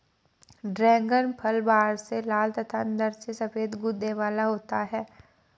dragon फल बाहर से लाल तथा अंदर से सफेद गूदे वाला होता है